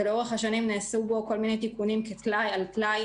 ולאורך השנים נעשו בו כל מיני תיקונים כטלאי על טלאי